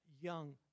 young